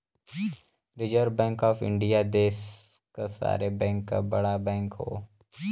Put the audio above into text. reserve bank of India देश क सारे बैंक क बड़ा बैंक हौ